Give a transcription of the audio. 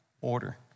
order